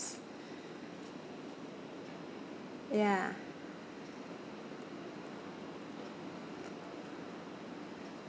ya